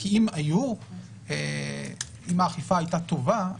כי אם האכיפה הייתה טובה,